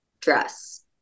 dress